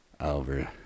over